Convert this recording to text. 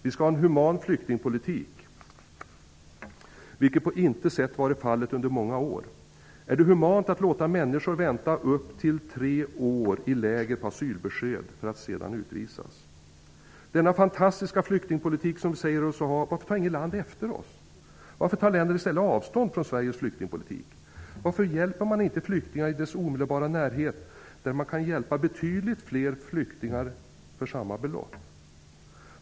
Vi skall ha en human flyktingpolitik, vilket på intet sätt varit fallet under många år. Är det humant att låta människor vänta upp till tre år i läger på asylbesked för att sedan utvisas? Varför tar inget land efter denna fantastiska flyktingpolitik, som vi säger oss ha? Varför tar länder i stället avstånd från Sveriges flyktingpolitik? Varför hjälper man inte flyktingar i deras omedelbara närhet, där man kan hjälpa betydligt fler flyktingar för samma belopp?